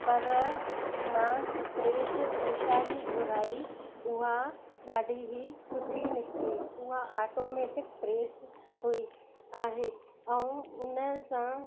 पर मां प्रेस ऊषा जी घुराई उहा ॾाढी ई सुठी निकिती उहा ऑटोमेटिक प्रेस हुई आहे ऐं उनसां